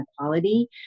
inequality